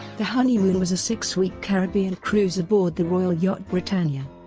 the honeymoon was a six-week caribbean cruise aboard the royal yacht britannia.